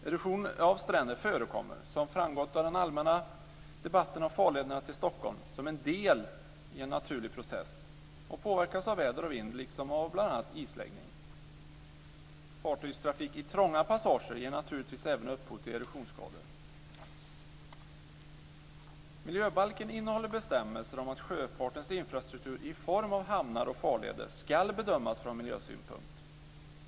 Erosion av stränder förekommer - som framgått av den allmänna debatten om farlederna till Stockholm - som en del i en naturlig process och påverkas av väder och vind, liksom av bl.a. isläggning. Fartygstrafik i trånga passager ger naturligtvis även upphov till erosionsskador. Miljöbalken innehåller bestämmelser om att sjöfartens infrastruktur i form av hamnar och farleder ska bedömas från miljösynpunkt.